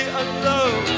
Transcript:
alone